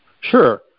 Sure